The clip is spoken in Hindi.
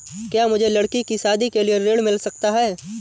क्या मुझे लडकी की शादी के लिए ऋण मिल सकता है?